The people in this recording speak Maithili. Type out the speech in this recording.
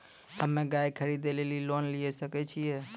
हम्मे गाय खरीदे लेली लोन लिये सकय छियै?